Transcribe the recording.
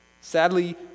Sadly